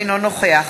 אינו נוכח